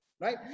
Right